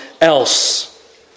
else